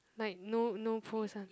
like no no post one